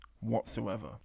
Whatsoever